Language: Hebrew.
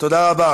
תודה רבה.